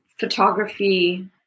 photography